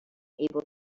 able